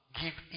give